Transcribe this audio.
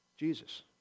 Jesus